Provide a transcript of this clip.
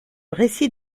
récit